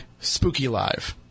SpookyLive